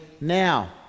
Now